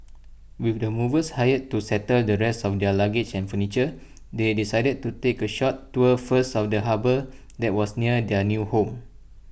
with the movers hired to settle the rest of their luggage and furniture they decided to take A short tour first of the harbour that was near their new home